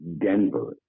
Denver